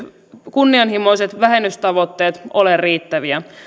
kunnianhimoiset vähennystavoitteet ole riittäviä